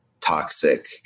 toxic